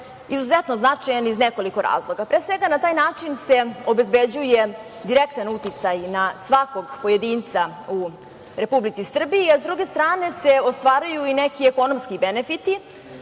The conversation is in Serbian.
izuzetno značajan iz nekoliko razloga. Pre svega, na taj način se obezbeđuje direktan uticaj na svakog pojedinca u Republici Srbiji, a s druge strane se ostvaruju i neki ekonomski benefiti.